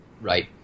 Right